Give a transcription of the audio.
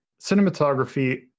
cinematography